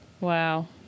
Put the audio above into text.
Wow